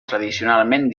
tradicionalment